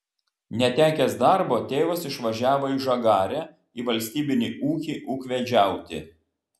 netekęs darbo tėvas išvažiavo į žagarę į valstybinį ūkį ūkvedžiauti